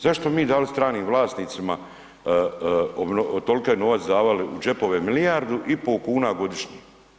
Zašto bi mi dali stranim vlasnicima toliki novac davali u džepove, milijardu i pol kuna godišnje?